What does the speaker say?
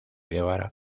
guevara